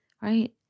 Right